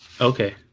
Okay